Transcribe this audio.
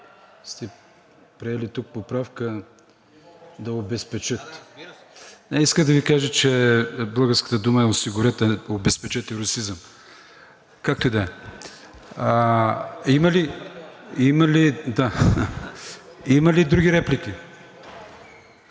Има ли други реплики?